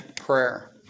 Prayer